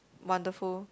wonderful